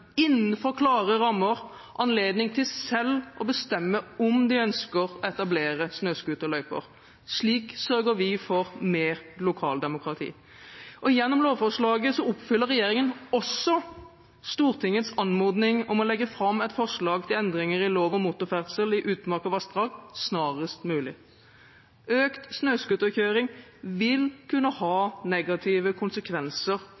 innenfor klare rammer, anledning til selv å bestemme om de ønsker å etablere snøscooterløyper. Slik sørger vi for mer lokaldemokrati. Gjennom lovforslaget oppfyller regjeringen også Stortingets anmodning om å legge fram et forslag til endringer i lov om motorferdsel i utmark og vassdrag snarest mulig. Økt snøscooterkjøring vil kunne ha negative konsekvenser